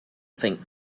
think